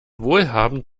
wohlhabend